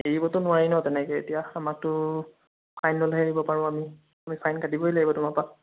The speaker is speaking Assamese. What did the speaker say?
এৰিবতো নোৱাৰি ন' তেনেকে এতিয়া আমাৰতো ফাইন ল'লেহে এৰিব পাৰো আমি আমি ফাইন কাটিবই লাগিব তোমাৰ পৰা